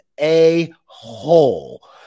a-hole